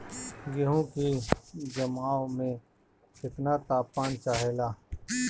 गेहू की जमाव में केतना तापमान चाहेला?